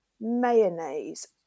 mayonnaise